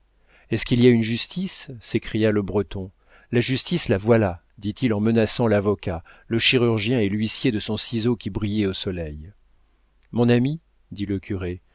est-ce qu'il y a une justice s'écria le breton la justice la voilà dit-il en menaçant l'avocat le chirurgien et l'huissier de son ciseau qui brillait au soleil mon ami dit le curé